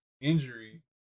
injury